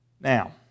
now